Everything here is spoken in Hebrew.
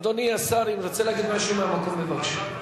אדוני השר, אם אתה רוצה להגיד משהו מהמקום, בבקשה.